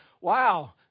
wow